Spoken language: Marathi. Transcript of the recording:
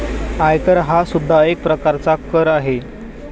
आयकर हा सुद्धा एक प्रकारचा कर आहे